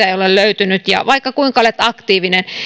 ei ole löytynyt vaikka kuinka olet ollut aktiivinen